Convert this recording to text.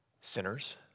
sinners